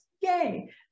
Yay